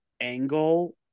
angle